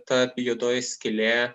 ta juodoji skylė